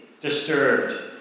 disturbed